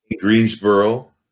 Greensboro